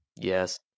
Yes